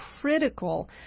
critical